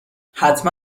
حتما